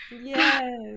Yes